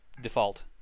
default